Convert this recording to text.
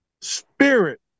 spirit